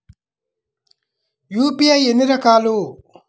UPI ఎన్ని రకాలు?